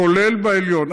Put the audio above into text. כולל העליון.